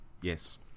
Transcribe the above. Yes